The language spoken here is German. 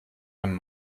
einem